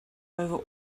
over